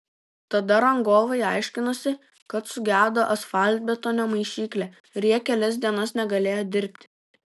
tada rangovai aiškinosi kad sugedo asfaltbetonio maišyklė ir jie kelias dienas negalėjo dirbti